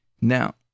Now